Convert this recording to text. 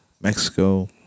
Mexico